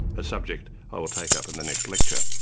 a subject i will take up in the next lecture.